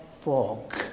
fog